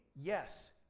Yes